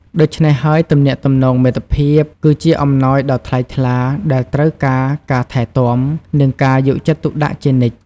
ដូច្នេះហើយ ទំនាក់ទំនងមិត្តភាព គឺជាអំណោយដ៏ថ្លៃថ្លាដែលត្រូវការការថែទាំ និងការយកចិត្តទុកដាក់ជានិច្ច។